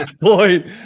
point